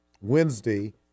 Wednesday